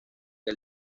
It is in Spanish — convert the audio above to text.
que